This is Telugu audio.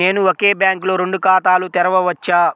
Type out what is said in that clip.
నేను ఒకే బ్యాంకులో రెండు ఖాతాలు తెరవవచ్చా?